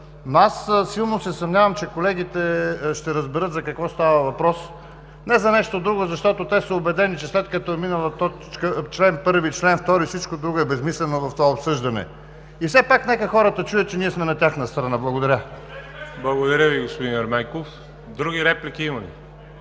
но аз силно се съмнявам, че колегите ще разберат за какво става въпрос. Не за нещо друго, а защото те са убедени, че след като е минал чл. 1, чл. 2, всичко друго е безсмислено в това обсъждане. И все пак нека хората чуят, че ние сме на тяхна страна. Благодаря. ПРЕДСЕДАТЕЛ ВАЛЕРИ ЖАБЛЯНОВ: Благодаря Ви, господин Ерменков. Други реплики има ли?